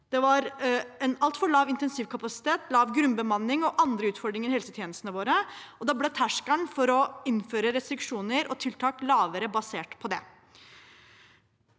Det var altfor lav intensivkapasitet, lav grunnbemanning og andre utfordringer i helsetjenestene våre. Da ble terskelen for å innføre restriksjoner og tiltak lavere basert på det.